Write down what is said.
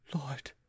lord